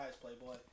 playboy